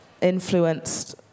influenced